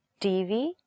TV